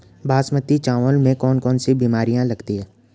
बासमती चावल में कौन कौन सी बीमारियां लगती हैं?